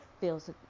feels